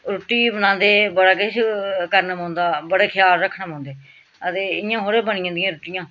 रुट्टी बनांदे बड़ा किश करना पौंदा बड़े ख्याल रक्खने पौंदे आं ते इ'यां थोह्ड़े बनी जंदियां रुट्टियां